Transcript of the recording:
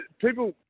people